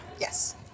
Yes